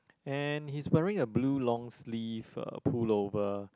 and he's wearing a blue long sleeve uh pull over